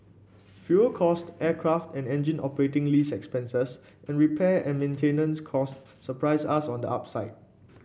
fuel cost aircraft and engine operating lease expenses and repair and maintenance costs surprise us on the upside